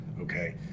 Okay